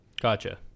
Gotcha